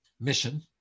mission